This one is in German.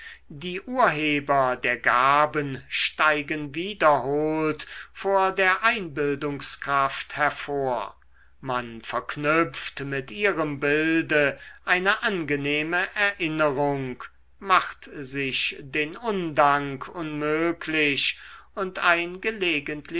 die urheber der gaben steigen wiederholt vor der einbildungskraft hervor man verknüpft mit ihrem bilde eine angenehme erinnerung macht sich den undank unmöglich und ein